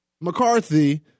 McCarthy